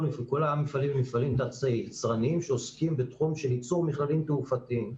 כל המפעלים הם מפעלים יצרניים שעוסקים בתחום של ייצור מכלולים תעופתיים.